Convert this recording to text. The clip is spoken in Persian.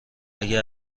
اگه